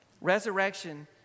Resurrection